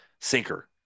sinker